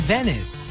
Venice